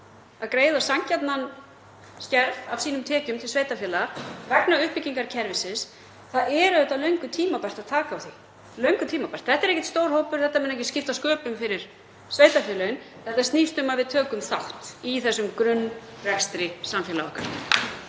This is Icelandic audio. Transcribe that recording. greiða sanngjarnan skerf núna af sínum tekjum til sveitarfélaga vegna uppbyggingar kerfisins — það er löngu tímabært að taka á því, löngu tímabært. Þetta er ekkert stór hópur. Þetta mun ekki skipta sköpum fyrir sveitarfélögin. Þetta snýst um að við tökum þátt í þessum grunnrekstri samfélags okkar.